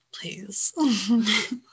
please